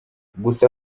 gusa